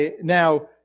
now